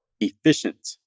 efficient